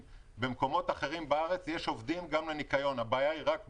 במקומות אחרים בארץ יש עובדים גם לניקיון והבעיה היא רק באילת.